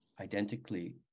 identically